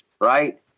right